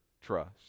trust